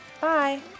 Bye